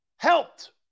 Helped